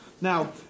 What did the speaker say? Now